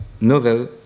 novel